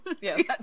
Yes